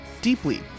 deeply